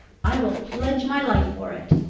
i will pledge my life for it!